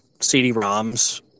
CD-ROMs